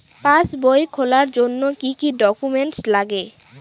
পাসবই খোলার জন্য কি কি ডকুমেন্টস লাগে?